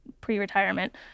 pre-retirement